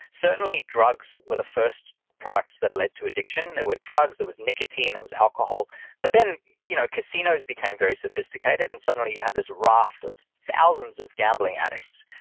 certainly drugs were the first products that led to addiction. there were drugs. there was nicotine. there was alcohol but then you know casinos became very sophisticated and suddenly you had this raft of thousands of gambling addicts.